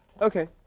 Okay